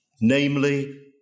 namely